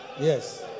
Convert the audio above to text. Yes